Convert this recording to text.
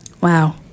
Wow